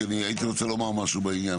כי הייתי רוצה לומר משהו בעניין.